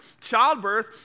childbirth